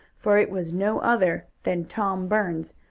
for it was no other than tom burns,